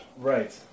Right